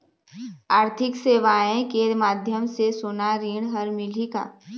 आरथिक सेवाएँ के माध्यम से सोना ऋण हर मिलही का?